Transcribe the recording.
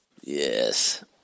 Yes